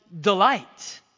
delight